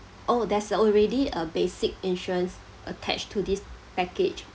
oh there's already a basic insurance attached to this package